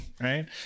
Right